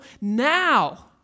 now